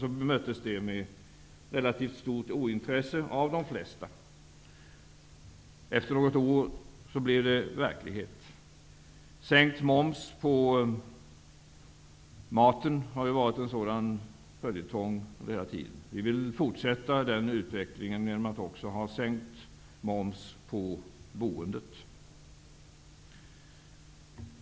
Detta förslag bemöttes med relativt stort ointresse av de flesta. Efter något år blev förslaget verklighet. Sänkt moms på maten har också varit en sådan följetong. Vi vill fortsätta den utvecklingen genom sänkt moms på boendet.